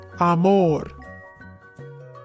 Amor